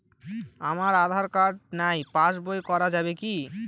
আমার আঁধার কার্ড নাই পাস বই করা যাবে কি?